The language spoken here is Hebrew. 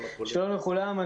שלום לכולם.